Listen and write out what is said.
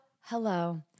hello